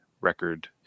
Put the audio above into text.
record